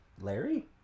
Larry